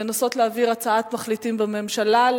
לנסות להעביר הצעת מחליטים בממשלה,